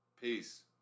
Peace